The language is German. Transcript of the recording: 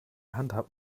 handhabt